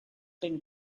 been